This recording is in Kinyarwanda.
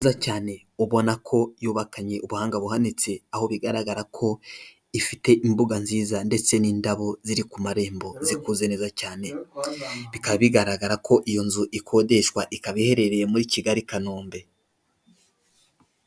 Inzu nziza cyane ubona ko yubakanye ubuhanga buhanitse, aho bigaragara ko ifite imbuga nziza ndetse n'indabo ziri ku marembo zikoze neza cyane, bikaba bigaragara ko iyo nzu ikodeshwa ikaba iherereye muri Kigali i Kanombe.